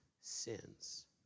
sins